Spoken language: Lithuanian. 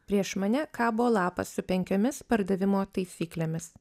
prieš mane kabo lapas su penkiomis pardavimo taisyklėmis